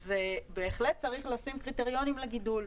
אז בהחלט צריך לשים קריטריונים לגידול,